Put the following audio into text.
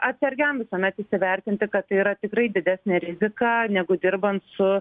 atsargiam visuomet įsivertinti kad tai yra tikrai didesnė rizika negu dirbant su